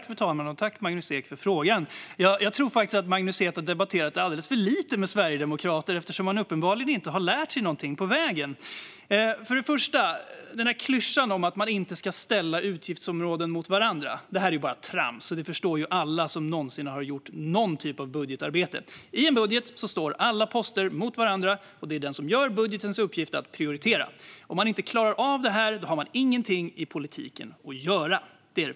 Fru talman! Tack, Magnus Ek, för frågan! Jag tror att Magnus Ek har debatterat alldeles för lite med sverigedemokrater eftersom han uppenbarligen inte har lärt sig någonting på vägen. Det första gäller klyschan att man inte ska ställa utgiftsområden mot varandra. Det är bara trams. Det förstår alla som någonsin har gjort någon typ av budgetarbete. I en budget står alla poster mot varandra. Det är den som gör budgeten som har uppgiften att prioritera. Om man inte klarar av det har man ingenting i politiken att göra.